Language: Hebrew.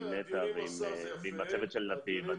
עם נטע ועם הצוות של נתיב,